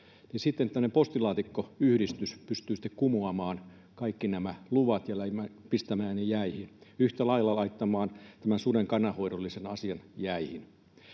niin sitten tämmöinen postilaatikkoyhdistys pystyi kumoamaan kaikki nämä luvat ja pistämään ne jäihin, yhtä lailla laittamaan tämän susien kannanhoidollisen asian jäihin.